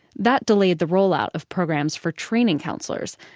that delayed the roll out of programs for training counselors.